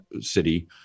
city